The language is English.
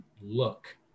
look